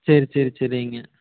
சரி சரி சரிங்க